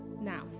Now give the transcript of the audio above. Now